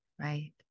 right